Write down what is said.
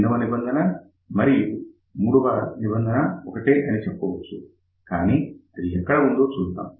రెండవ నిబంధన మరియు మూడవ నిబంధన ఒక్కటే అని చెప్పవచ్చు కానీ అది ఎక్కడ ఉందో చూద్దాం